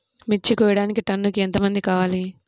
మిర్చి కోయడానికి టన్నుకి ఎంత మంది కావాలి?